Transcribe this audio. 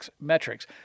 metrics